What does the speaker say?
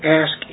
ask